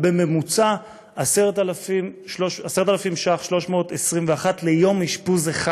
היא בממוצע 10,321 ש"ח.